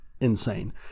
insane